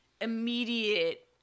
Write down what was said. immediate